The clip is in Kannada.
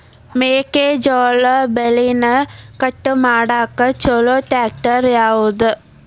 ಮೆಕ್ಕೆ ಜೋಳ ಬೆಳಿನ ಕಟ್ ಮಾಡಾಕ್ ಛಲೋ ಟ್ರ್ಯಾಕ್ಟರ್ ಯಾವ್ದು?